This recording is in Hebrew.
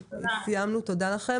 סיימנו, תודה לכם.